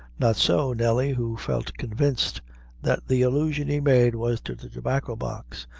not so nelly, who felt convinced that the allusion he made was to the tobacco-box,